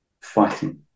fighting